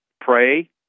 pray